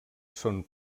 són